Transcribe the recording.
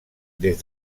des